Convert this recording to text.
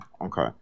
Okay